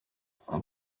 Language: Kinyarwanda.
uko